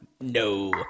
no